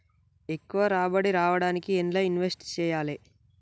ఎక్కువ రాబడి రావడానికి ఎండ్ల ఇన్వెస్ట్ చేయాలే?